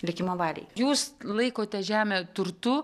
likimo valiai jūs laikote žemę turtu